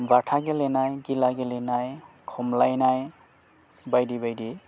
बाथा गेलेनाय गिला गेलेनाय खमलायनाय बायदि बायदि